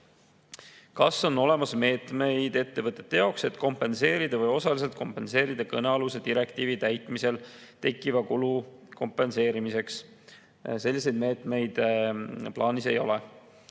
"Kas on olemas meetmeid ettevõtete jaoks, et kompenseerida või osaliselt kompenseerida kõnealuse direktiivi täitmisel tekkiva kulu kompenseerimiseks?" Selliseid meetmeid plaanis ei ole.